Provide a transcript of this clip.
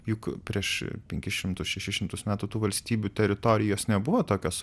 juk prieš penkis šimtus šešis šimtus metų tų valstybių teritorijos nebuvo tokios